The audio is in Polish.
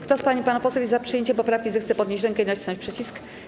Kto z pań i panów posłów jest za przyjęciem poprawki, zechce podnieść rękę i nacisnąć przycisk.